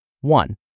One